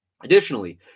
Additionally